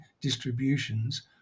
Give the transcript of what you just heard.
distributions